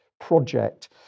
Project